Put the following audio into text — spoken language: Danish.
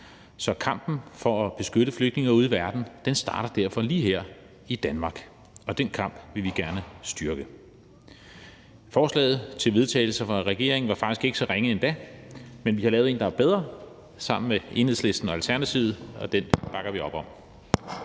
Så kampen for at beskytte flygtninge ude i verden starter derfor lige her i Danmark, og den kamp vil vi gerne styrke. Forslaget til vedtagelse fra regeringen var faktisk ikke så ringe endda, men vi har sammen med Enhedslisten og Alternativet lavet et, der er bedre,